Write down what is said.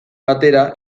batera